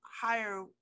higher